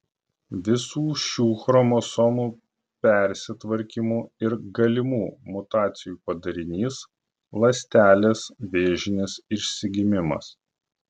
visų šių chromosomų persitvarkymų ir galimų mutacijų padarinys ląstelės vėžinis išsigimimas